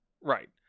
Right